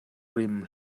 rim